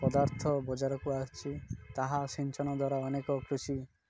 ପଦାର୍ଥ ବଜାରକୁ ଆସିଛି ତାହା ସିଞ୍ଚନ ଦ୍ୱାରା ଅନେକ କୃଷି